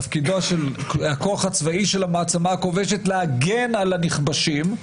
תפקידה של הכוח הצבאי של המעצמה הכובשת להגן על הנכבשים,